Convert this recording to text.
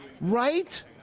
right